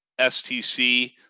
STC